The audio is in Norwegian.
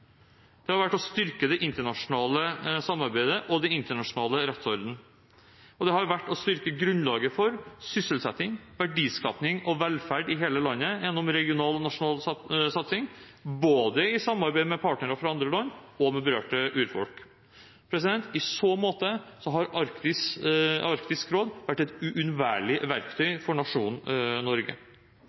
Det har vært å styrke det internasjonale samarbeidet og den internasjonale rettsorden. Og det har vært å styrke grunnlaget for sysselsetting, verdiskaping og velferd i hele landet gjennom regional og nasjonal satsing, i samarbeid både med partnere fra andre land og med berørte urfolk. I så måte har Arktisk råd vært et uunnværlig verktøy for nasjonen Norge.